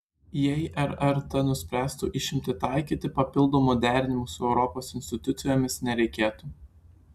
jei rrt nuspręstų išimtį taikyti papildomo derinimo su europos institucijomis nereikėtų